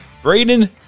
Braden